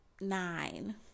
nine